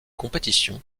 compétition